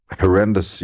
horrendous